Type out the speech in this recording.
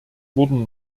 wurden